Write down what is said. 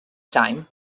time